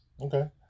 Okay